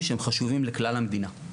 שחסר למדינת ישראל.